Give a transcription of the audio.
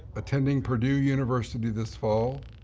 attending purdue university this fall.